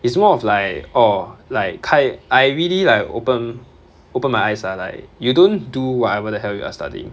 it's more of like orh like 开 I really like open open my eyes ah like you don't do whatever the hell you are studying